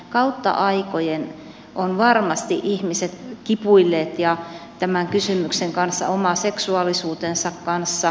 kautta aikojen ovat varmasti ihmiset kipuilleet tämän kysymyksen kanssa oman seksuaalisuutensa kanssa